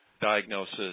diagnosis